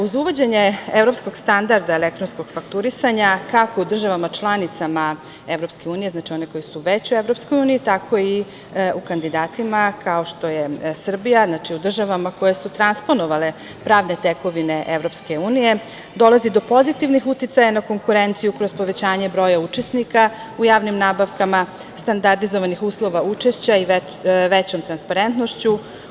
Uz uvođenje evropskog standarda elektronskog fakturisanja, kako u državama članicama EU, znači one koje su već u EU tako i u kandidatima, kao što je Srbija, znači, u državama koje su transponovale pravne tekovine EU, dolazi do pozitivnih uticaja na konkurenciju kroz povećanje broja učesnika u javnim nabavkama, standardizovanih uslova učešća i većom transparentnošću.